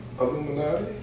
Illuminati